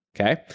Okay